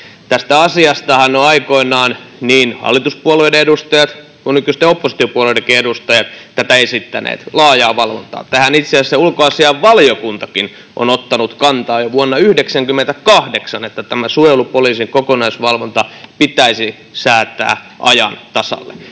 yllätyksenä. Aikoinaan niin hallituspuolueiden edustajat kuin nykyisten oppositiopuolueidenkin edustajat ovat tätä esittäneet, laajaa valvontaa. Itse asiassa ulkoasiainvaliokuntakin on ottanut kantaa tähän jo vuonna 98, että tämä suojelupoliisin kokonaisvalvonta pitäisi säätää ajan tasalle.